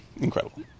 Incredible